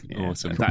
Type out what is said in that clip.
Awesome